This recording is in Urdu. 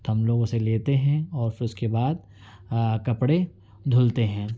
تو ہم لوگ اسے لیتے ہیں اور پھر اس کے بعد کپڑے دھلتے ہیں